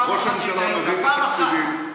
ראש הממשלה מביא את התקציבים,